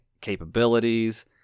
capabilities